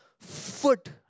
foot